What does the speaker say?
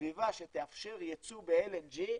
הסביבה שתאפשר יצוא ב-LNG,